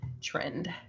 trend